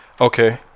Okay